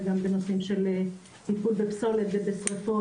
גם בנושאים של טיפול בפסולת ובשריפות,